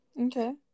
Okay